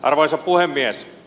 arvoisa puhemies